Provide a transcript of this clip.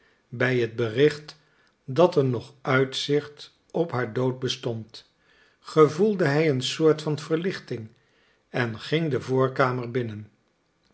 bij het bericht dat er nog uitzicht op haar dood bestond gevoelde hij een soort van verlichting en ging de voorkamer binnen